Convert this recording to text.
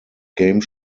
game